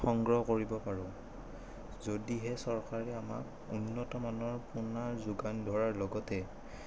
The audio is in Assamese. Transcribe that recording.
সংগ্ৰহ কৰিব পাৰোঁ যদিহে চৰকাৰে আমাক উন্নতমানৰ পোনাৰ যোগান ধৰাৰ লগতে